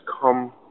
come